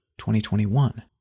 2021